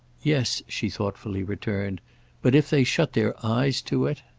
yes, she thoughtfully returned but if they shut their eyes to it!